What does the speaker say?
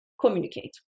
communicate